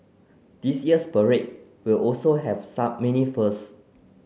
this year's parade will also have some many firsts